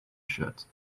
shirt